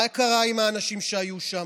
מה קרה עם האנשים שהיו שם?